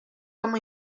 como